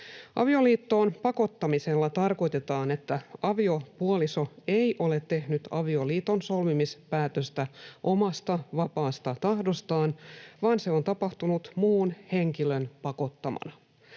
Avioliittoon pakottamisella tarkoitetaan, että aviopuoliso ei ole tehnyt avioliiton solmimispäätöstä omasta vapaasta tahdostaan vaan se on tapahtunut muun henkilön pakottamana.